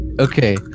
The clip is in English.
Okay